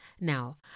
Now